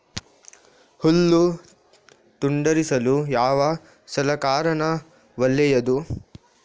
ಹುಲ್ಲು ತುಂಡರಿಸಲು ಯಾವ ಸಲಕರಣ ಒಳ್ಳೆಯದು?